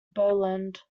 boland